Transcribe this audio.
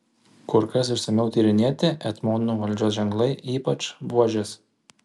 kur kas išsamiau tyrinėti etmonų valdžios ženklai ypač buožės